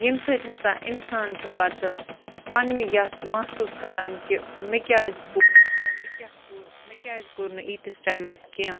ییٚمہِ سۭتۍ ہسا اِنسان چھِ پَتہٕ پَنٛنہِ یَتھ محسوٗس کَران کہِ مےٚ کیٛازِ پوٚر یا مےٚ کیٛاہ کوٚر مےٚ کیٛازِ کوٚر نہٕ ییٖتِس ٹایمَس کیٚنٛہہ